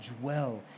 dwell